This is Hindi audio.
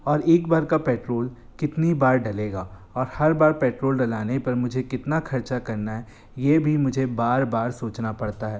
और एक बार का पेट्रोल कितनी बार डलेगा और हर बार पेट्रोल डलाने पर मुझे कितना खर्चा करना है यह भी मुझे बार बार सोचना पड़ता है